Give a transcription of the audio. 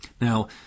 Now